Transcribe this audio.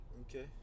Okay